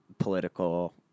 political